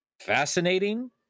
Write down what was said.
fascinating